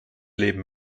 leben